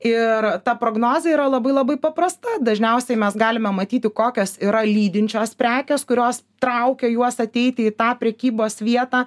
ir ta prognozė yra labai labai paprasta dažniausiai mes galime matyti kokios yra lydinčios prekės kurios traukia juos ateiti į tą prekybos vietą